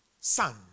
son